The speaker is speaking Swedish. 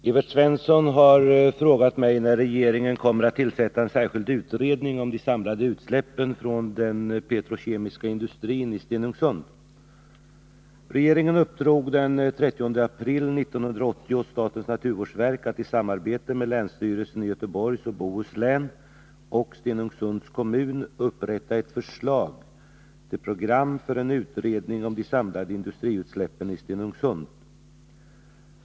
Herr talman! Evert Svensson har frågat mig när regeringen kommer att tillsätta en särskild utredning om de samlade utsläppen från den petrokemiska industrin i Stenungsund. Regeringen uppdrog den 30 april 1980 åt statens naturvårdsverk att i samarbete med länsstyrelsen i Göteborgs och Bohus län och Stenungsunds kommun upprätta ett förslag till program för en utredning om de samlade industriutsläppen i Stenungsund.